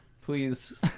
please